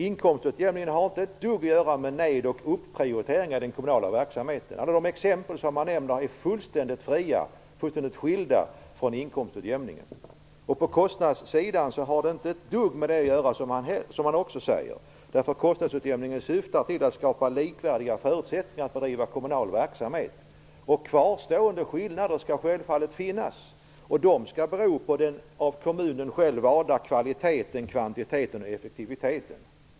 Inkomstutjämningen har inte ett dugg att göra med ned och upprioriteringar i den kommunala verksamheten. Alla de exempel som han nämner är fullständigt skilda från inkomstutjämningen. Inte heller på kostnadssidan har det ett dugg att göra med det han säger. Kostnadsutjämningen syftar till att skapa likvärdiga förutsättningar att driva kommunal verksamhet. Kvarstående skillnader skall självfallet finnas, och de skall bero på den av kommunen själv valda kvaliteten, kvantiteten och effektiviteten.